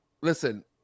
listen